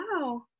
Wow